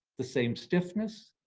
the same stiffness,